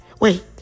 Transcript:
Wait